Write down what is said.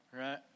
right